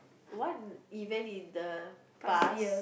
what event in the past